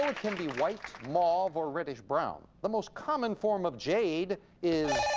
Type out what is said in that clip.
can be white, mauve or reddish brown, the most common form of jade is.